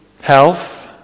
health